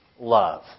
love